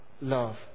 love